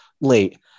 late